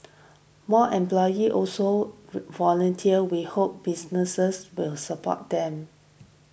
more employees also volunteer we hope businesses will support them